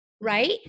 right